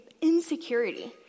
insecurity